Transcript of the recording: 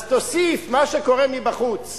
אז תוסיף מה שקורה מבחוץ